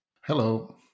Hello